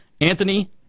Anthony